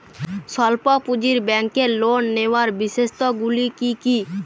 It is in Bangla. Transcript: স্বল্প পুঁজির ব্যাংকের লোন নেওয়ার বিশেষত্বগুলি কী কী?